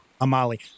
Amali